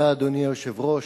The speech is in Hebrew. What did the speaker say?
אדוני היושב-ראש,